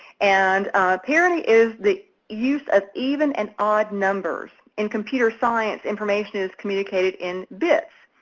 and parity is the use of even and odd numbers. in computer science, information is communicated in bits.